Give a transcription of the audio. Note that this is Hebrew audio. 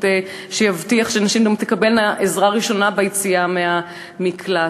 שיבטיח שנשים גם תקבלנה עזרה ראשונה ביציאה מהמקלט.